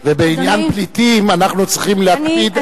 ובעניין "פליטים" אנחנו צריכים להקפיד.